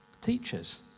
Teachers